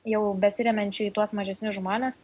jau besiremiančių į tuos mažesnius žmones